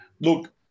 Look